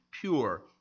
pure